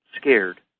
scared